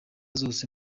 zose